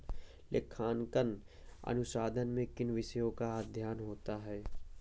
लेखांकन अनुसंधान में किन विषयों का अध्ययन होता है?